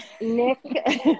Nick